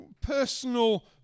personal